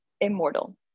immortal